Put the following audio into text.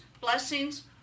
blessings